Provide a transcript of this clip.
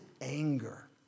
anger